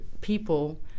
people